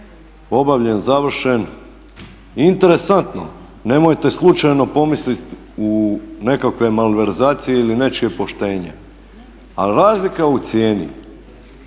obavljen, završen i interesantno nemojte slučajno pomisliti u nekakve malverzacije ili nečije poštenje ali razlika u cijeni